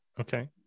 Okay